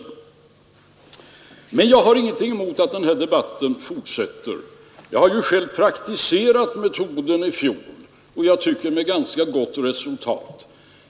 Jag har emellertid ingenting emot att den här debatten fortsätter. Jag har ju själv praktiserat metoden i fjol — och med ganska gott resultat, tycker jag.